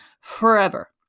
forever